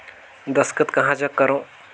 दस्खत कहा जग करो?